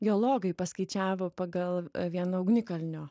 geologai paskaičiavo pagal vieno ugnikalnio